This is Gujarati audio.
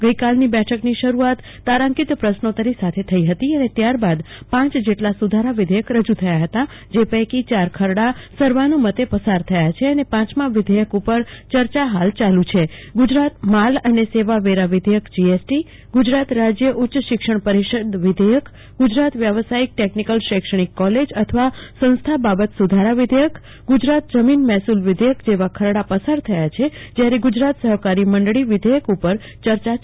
ગઈકાલથી બેઠકની શરૂઆત તારાંકિત પ્રશ્નોતરી સાથે થઈ હતી અને ત્યારબાદ પાંચ જેટલા સુધારા વિધેયક રજૂ થયા હતા જે પૈકી ચાર ખરડા સર્વાનુમત્તે પસાર થયા છે અને પાંચમાં વિધેયક ઉપર ચર્ચા હાલ ચાલું છે ગુજરાત માલ અને સેવા વેરા વિધેયક જીએસટી ગુજરાત રાજ્ય ઉચ્ચ શિક્ષણ પરિષદ વિધેયક ગુજરાત વ્યવસાયિક ટેકનિકલ શૈક્ષણિક કોલેજ અથવા સંસ્થા બાબત સુધારા વિધેયક ગુજરાત જમીન મહેસુલ વિધેયક જેવા ખરડા પસાર થયા છે જ્યારે ગુજરાત સહકારી મંડળી વિધેયક ઉપર ચર્ચા ચાલુ છે